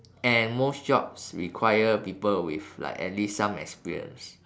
and most jobs require people with like at least some experience